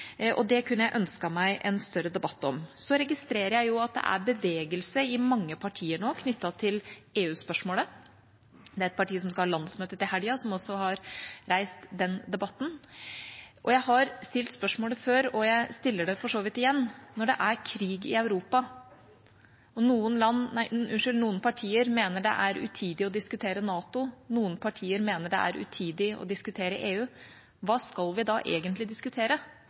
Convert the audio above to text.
og det kunne jeg ønsket meg en større debatt om. Så registrerer jeg at det er bevegelse i mange partier nå knyttet til EU-spørsmålet. Det er et parti som skal ha landsmøte til helgen som også har reist den debatten. Jeg har stilt spørsmålet før, og jeg stiller det for så vidt igjen: Nå er det krig i Europa, og noen partier mener det er utidig å diskutere NATO, noen partier mener det er utidig å diskutere EU. Hva skal vi da egentlig diskutere,